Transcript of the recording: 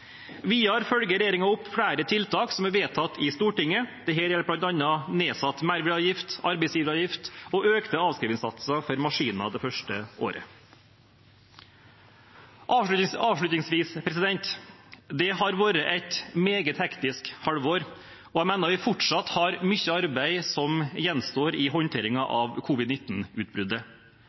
Videre følger regjeringen opp flere tiltak som er vedtatt i Stortinget. Dette gjelder bl.a. nedsatt merverdiavgift, arbeidsgiveravgift og økte avskrivingssatser for maskiner det første året. Avslutningsvis: Det har vært et meget hektisk halvår, og jeg mener vi fortsatt har mye arbeid som gjenstår i håndteringen av